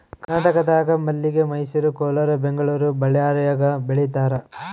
ಕರ್ನಾಟಕದಾಗ ಮಲ್ಲಿಗೆ ಮೈಸೂರು ಕೋಲಾರ ಬೆಂಗಳೂರು ಬಳ್ಳಾರ್ಯಾಗ ಬೆಳೀತಾರ